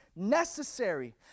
Necessary